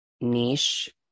niche